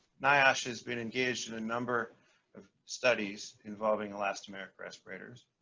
niosh has been engaged in a number of studies involving elastomeric respirators.